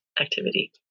activity